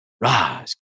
Rise